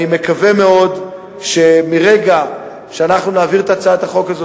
אני מקווה מאוד שמרגע שאנחנו נעביר את הצעת החוק הזאת